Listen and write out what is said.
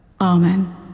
amen